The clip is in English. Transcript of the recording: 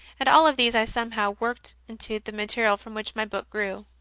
and all of these i somehow worked into the material from which my book grew.